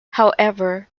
however